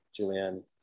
Julianne